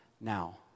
now